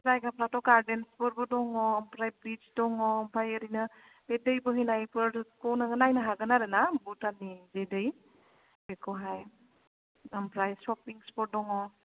जायगाफ्रथ' गार्देनफोरबो दङ ओमफ्राय ब्रिस दङ ओमफ्राय ओरैनो बे दै बोहैनायफोरखौ नोङो नायनो हागोन आरोना भुटाननि जे दै बेखौहाय आमफ्राय सफिंसफोर दङ